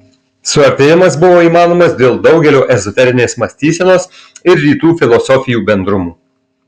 suartėjimas buvo įmanomas dėl daugelio ezoterinės mąstysenos ir rytų filosofijų bendrumų